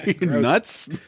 Nuts